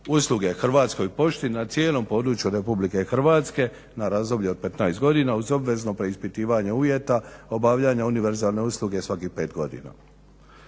usluge Hrvatskoj pošti na cijelom području Republike Hrvatske na razdoblje od 15 godina uz obvezno preispitivanje uvjeta obavljanja univerzalne usluge svakih 5 godina.